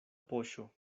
poŝo